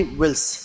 wills